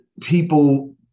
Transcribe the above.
people